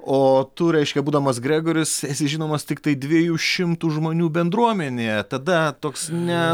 o tu reiškia būdamas gregoris esi žinomas tiktai dviejų šimtų žmonių bendruomenėje tada toks ne